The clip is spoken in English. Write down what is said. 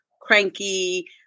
cranky